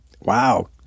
Wow